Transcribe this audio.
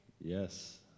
Yes